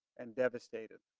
and devastated.